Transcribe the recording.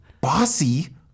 Bossy